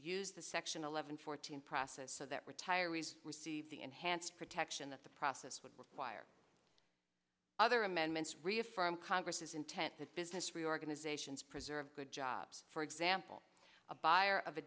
use the section eleven fourteen process so that retirees receive the enhanced protection that the process would require other amendments reaffirm congress's intent that business reorganizations preserve good jobs for example a buyer of a